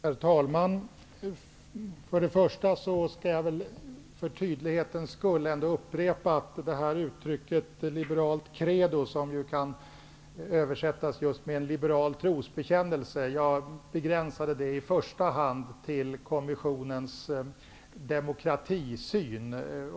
Herr talman! Jag skall för tydlighetens skull beträffande uttrycket ''liberalt credo'', som kan översättas just med en liberal trosbekännelse, upprepa att jag begränsade det i första hand till kommissionens demokratisyn.